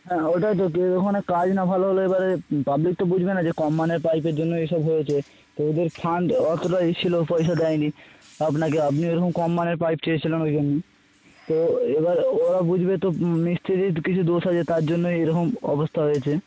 হ্যাঁ ওটাই তো কেউ ওখানে কাজ না ভালো হলে এবারে পাবলিক তো বুঝবে না যে কম মানের পাইপের জন্য এসব হয়েছে তো ওদের ফান্ড অতটাই ছিল পয়সা দেয়নি আপনাকে আপনি এরকম কম মানের পাইপ চেয়েছিলেন ওই জন্যে তো এবার ওরা বুঝবে তো মিস্ত্রির কিছু দোষ আছে তার জন্যই এরকম অবস্থা হয়েছে